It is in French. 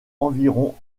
environ